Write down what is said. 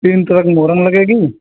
तीन कलर मोरन लगेगी